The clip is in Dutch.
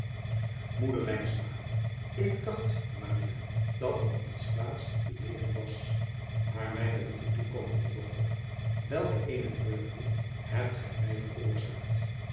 k dacht dat u iets kwaads bejegend was maar mijne lieve toekomende dochter welke eene vreugde hebt gij mij veroorzaakt